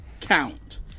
count